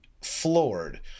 floored